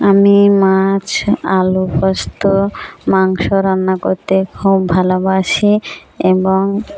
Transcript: আমি মাছ আলু পোস্ত মাংস রান্না করতে খুব ভালোবাসি এবং